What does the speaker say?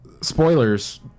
spoilers